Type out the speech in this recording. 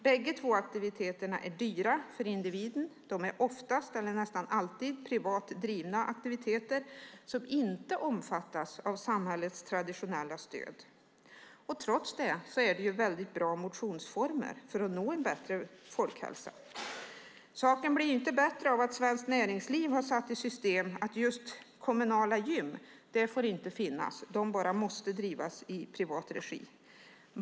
Bägge aktiviteterna är dyra för individen och är nästan alltid privat drivna aktiviteter som inte omfattas av samhällets traditionella stöd, trots att det är väldigt bra motionsformer för att nå en bättre folkhälsa. Saken blir inte bättre av att Svenskt Näringsliv har satt i system att kommunala gym inte får finnas - de bara måste drivas i privat regi.